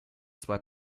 zwei